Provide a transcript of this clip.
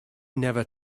never